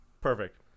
perfect